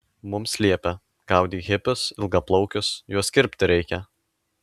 mums liepia gaudyk hipius ilgaplaukius juos kirpti reikia